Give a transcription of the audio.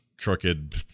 crooked